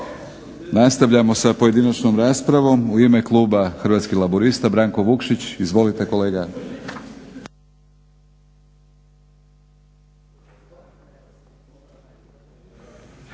Nastavljamo sa pojedinačnom raspravom. U ime kluba Hrvatskih laburista Branko Vukšić. Izvolite kolega.